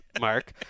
Mark